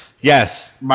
Yes